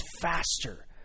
faster